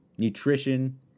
Nutrition